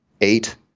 eight